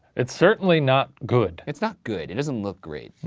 it's certainly not good. it's not good, it doesn't look great.